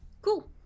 Cool